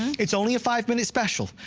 it's only a five min. special,